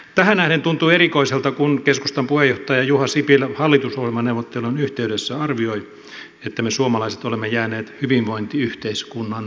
tähän nähden tuntuu erikoiselta kun keskustan puheenjohtaja juha sipilä hallitusohjelmaneuvottelujen yhteydessä arvioi että me suomalaiset olemme jääneet hyvinvointiyhteiskunnan vangiksi